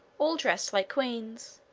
all dressed like queens.